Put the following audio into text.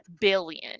billion